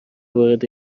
وارد